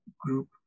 group